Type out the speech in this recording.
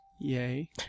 Yay